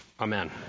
Amen